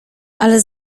ale